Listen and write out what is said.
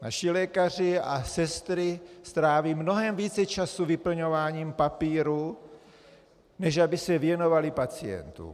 Naši lékaři a sestry stráví mnohem více času vyplňováním papírů, než aby se věnovali pacientům.